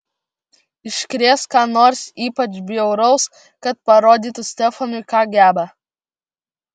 iškrės ką nors ypač bjauraus kad parodytų stefanui ką geba